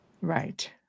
Right